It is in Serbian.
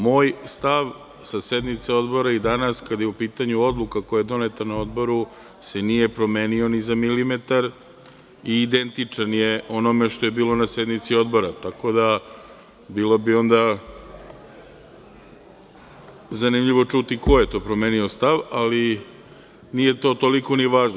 Moj je stav sa sednice Odbora i danas kada je u pitanju odluka koja je doneta na Odboru se nije promenio ni za milimetar i identičan je onome što je bilo na sednici Odbora, tako da, bilo bi zanimljivo čuti ko je to promenio stav, ali nije to toliko ni važno.